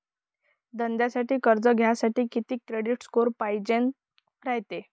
धंद्यासाठी कर्ज घ्यासाठी कितीक क्रेडिट स्कोर पायजेन रायते?